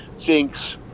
thinks